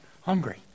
hungry